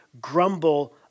grumble